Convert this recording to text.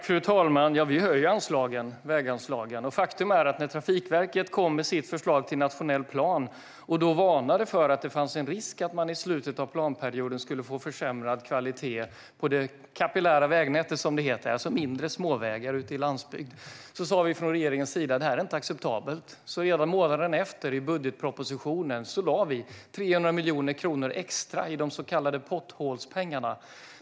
Fru talman! Vi höjer väganslagen. När Trafikverket kom med sitt förslag till nationell plan varnade de för att det fanns en risk att vi i slutet av planperioden skulle få försämrad kvalitet på det kapillära vägnätet som det heter, det vill säga mindre vägar på landsbygd. Då sa vi i regeringen faktiskt att det inte var acceptabelt, och redan månaden efter lade vi 300 miljoner kronor extra i budgetpropositionen i så kallade potthålspengar.